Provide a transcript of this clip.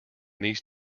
these